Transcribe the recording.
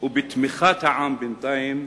ובתמיכת העם, בינתיים,